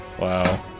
Wow